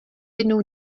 jednou